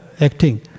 acting